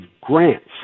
grants